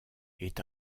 est